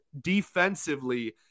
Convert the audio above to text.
defensively